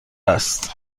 است